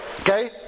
Okay